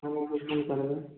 करबै